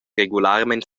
regularmein